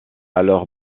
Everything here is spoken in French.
alors